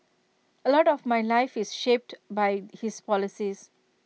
A lot of my life is shaped by his policies